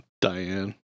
Diane